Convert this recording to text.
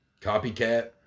Copycat